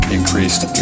increased